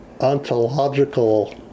ontological